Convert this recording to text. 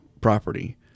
property